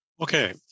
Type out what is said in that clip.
Okay